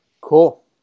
Cool